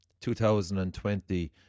2020